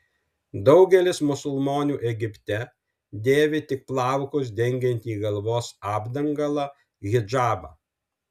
daugelis musulmonių egipte dėvi tik plaukus dengiantį galvos apdangalą hidžabą